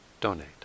donate